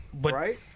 Right